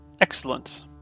Excellent